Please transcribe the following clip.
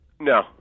No